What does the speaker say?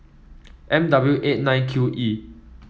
M W eight nine Q E